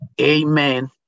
Amen